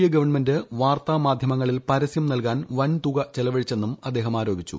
A government വാർത്താമാധ്യമിങ്ങളിൽ പരസ്യം നൽകാൻ വൻതുക ചെലവഴിച്ചെന്നും അദ്ദേഹം ആരോപിച്ചു